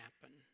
happen